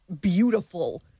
beautiful